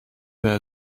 were